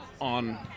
on